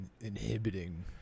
Inhibiting